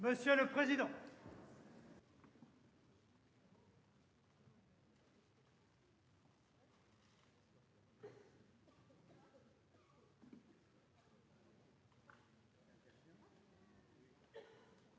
Monsieur le président,